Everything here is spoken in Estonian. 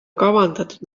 kavandatud